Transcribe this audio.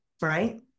Right